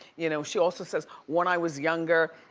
you know she also says, when i was younger,